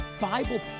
Bible